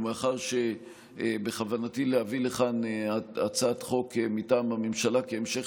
ומאחר שבכוונתי להביא לכאן הצעת חוק מטעם הממשלה כהמשך